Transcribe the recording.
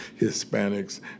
Hispanics